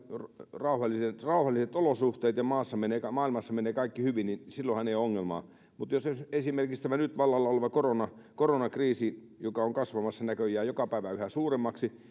rauhalliset rauhalliset olosuhteet ja maailmassa menee kaikki hyvin niin silloinhan ei ole ongelmaa mutta esimerkiksi tämä nyt vallalla oleva koronakriisi koronakriisi joka on kasvamassa näköjään joka päivä yhä suuremmaksi